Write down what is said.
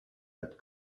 that